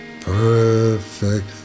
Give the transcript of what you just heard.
perfect